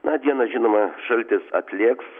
na dieną žinoma šaltis atlėgs